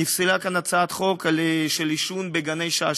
נפסלה כאן הצעת חוק על עישון בגני-שעשועים.